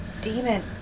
Demon